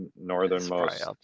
northernmost